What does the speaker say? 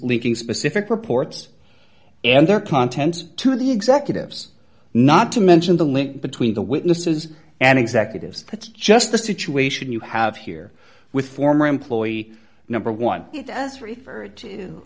linking specific reports and their contents to the executives not to mention the link between the witnesses and executives that's just the situation you have here with former employee number one it does referred to